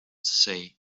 say